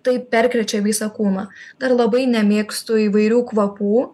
tai perkrečia visą kūną dar labai nemėgstu įvairių kvapų